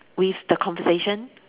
with the conversation